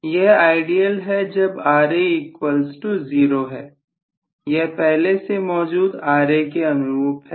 यह आइडियल है जब Ra0 है यह पहले से मौजूद Ra के अनुरूप है